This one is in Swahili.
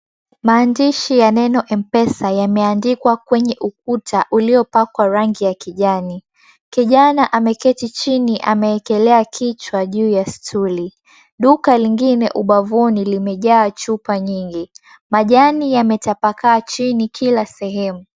Maandishi ya neno M-PESA yameandikwa kwenye ukuta uliopakwa rangi ya kijani kijana ameketi chini amewkelea kichwa juu ya stuli duka lengine ubavuni limejaa chupa nyingi. Majani yametapakaa kila sehemu.